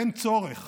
אין צורך